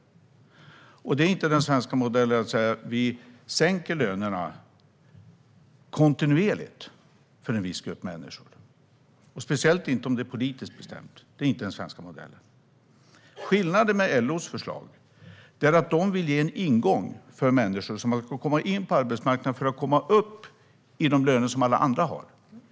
Det är heller inte den svenska modellen att säga att vi sänker lönerna kontinuerligt för en viss grupp människor, speciellt inte om det är politiskt bestämt. Det är inte den svenska modellen. Skillnaden med LO:s förslag är att de vill ge en ingång för människor så att de ska komma in på arbetsmarknaden för att komma upp i de löner som alla andra har.